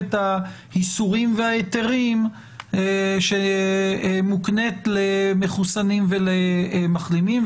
האיסורים וההיתרים שמוקנית למחוסנים ולמחלימים.